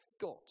got